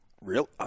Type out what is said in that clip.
real